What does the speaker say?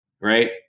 Right